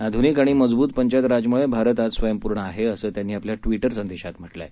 आध्निक आणि मजबूत पंचायत राजमूळे भारत आज स्वयंपूर्ण आहे असं त्यांनी आपल्या ट्विटर संदेशात म्हटलं आहे